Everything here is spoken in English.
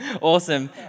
awesome